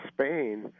Spain